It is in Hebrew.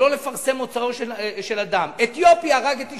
שלא לפרסם את מוצאו של אדם: "אתיופי הרג את אשתו".